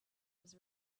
was